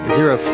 Zero